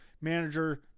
manager